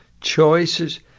Choices